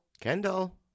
Kendall